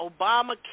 Obamacare